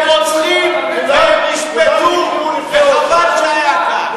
הם רוצחים, הם נשפטו, וחבל שהיה כך.